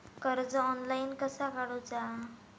कर्ज ऑनलाइन कसा काडूचा?